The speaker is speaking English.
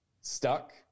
stuck